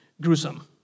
gruesome